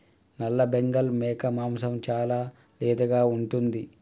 నల్లబెంగాల్ మేక మాంసం చాలా లేతగా ఉంటుంది